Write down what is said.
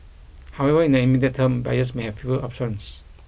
however in the immediate term buyers may have fewer options